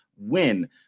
win